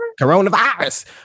Coronavirus